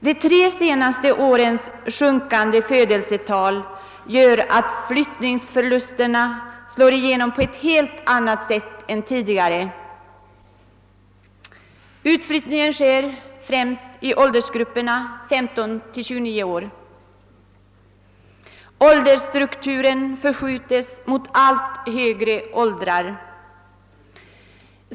De tre senaste årens sjunkande födelsetal gör att flyttningsförlusterna slår igenom på ett helt annat sätt än tidigare. Utflyttningen sker främst i åldersgrupperna 15—29 år. Åldersstrukturen förskjuts mot allt högre åldrar.